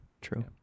True